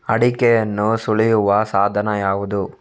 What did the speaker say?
ಅಡಿಕೆಯನ್ನು ಸುಲಿಯುವ ಸಾಧನ ಯಾವುದು?